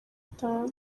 atanu